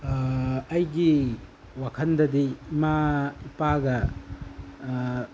ꯑꯩꯒꯤ ꯋꯥꯈꯜꯗꯗꯤ ꯏꯃꯥ ꯏꯄꯥꯒ